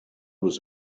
was